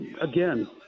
again